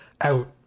out